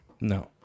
No